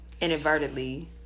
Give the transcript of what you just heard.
inadvertently